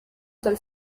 dal